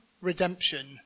redemption